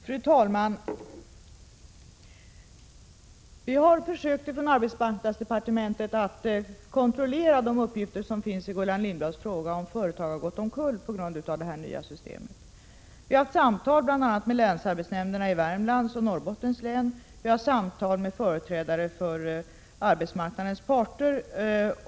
Fru talman! På arbetsmarknadsdepartementet har vi försökt kontrollera uppgifterna i Gullan Lindblads fråga om att företag har gått omkull på grund av det nya systemet. Vi har haft samtal bl.a. med länsarbetsnämnderna i Värmlands län och Norrbottens län liksom med företrädare för arbetsmarknadens parter.